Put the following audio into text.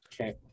okay